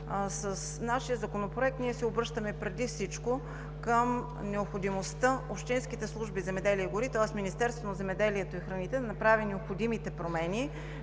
С нашия Законопроект се обръщаме преди всичко към необходимостта общинските служби по земеделие и гори, тоест Министерството на земеделието, храните и горите да направи необходимите промени,